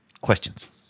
questions